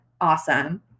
awesome